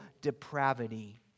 depravity